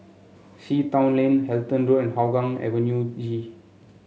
Sea Town Lane Halton Road and Hougang Avenue G